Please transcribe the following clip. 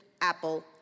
apple